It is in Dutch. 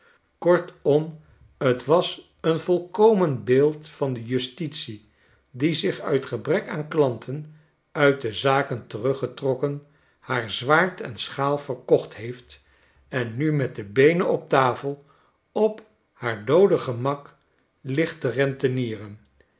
kortom t was een volkomen beeld van de justitie die zich uit gebrek aan klanten uit de zaken teruggetrokken haar zwaard en schaal verkocht heeft en nu met de beenen op de tafel op haar doode gemak ligt te rentenieren